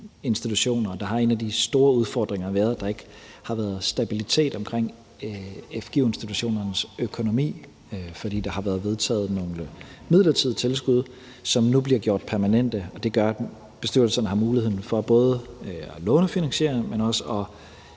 der har en af de store udfordringer været, at der ikke har været stabilitet omkring fgu-institutionernes økonomi, fordi der har været vedtaget nogle midlertidige tilskud, som nu bliver gjort permanente, og det gør, at bestyrelserne har mulighed for både at lånefinansiere, men også at